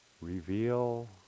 Reveal